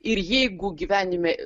ir jeigu gyvenime